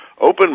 Open